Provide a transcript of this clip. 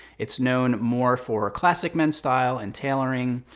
it's known more for classic men's style and tailoring.